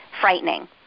frightening